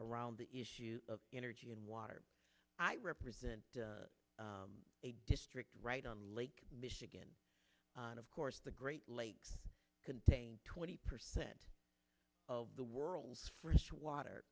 around the issue of energy and water i represent a district right on lake michigan and of course the great lakes contain twenty percent of the world's first water